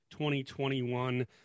2021